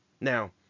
Now